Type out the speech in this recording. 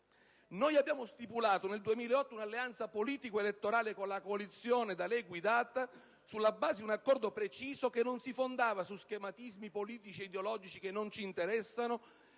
Noi abbiamo stipulato nel 2008 un'alleanza politico-elettorale con la coalizione da lei guidata sulla base di un accordo preciso, che non si fondava su schematismi politico-ideologici, che non ci interessano,